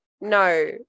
No